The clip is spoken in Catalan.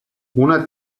una